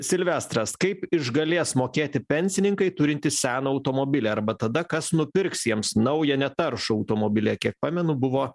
silvestras kaip išgalės mokėti pensininkai turintys seną automobilį arba tada kas nupirks jiems naują netaršų automobilį kiek pamenu buvo